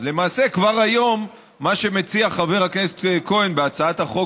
למעשה כבר היום מה שמציע חבר הכנסת כהן בהצעת החוק